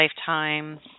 lifetime